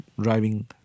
driving